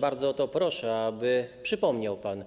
Bardzo o to proszę, aby przypomniał pan,